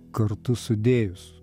kartu sudėjus